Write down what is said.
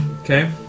Okay